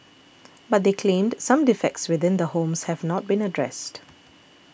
but they claimed some defects within the homes have not been addressed